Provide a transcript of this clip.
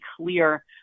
clear